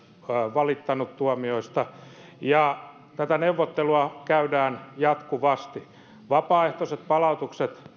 valittanut tuomioista ja tätä neuvottelua käydään jatkuvasti vapaaehtoiset palautukset